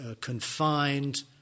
confined